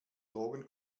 drogen